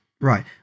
right